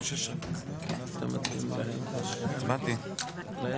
אנחנו מצביעים על הרביזיה, עובדים